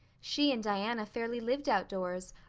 she and diana fairly lived outdoors,